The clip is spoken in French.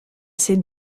ses